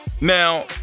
Now